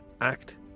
act